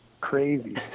crazy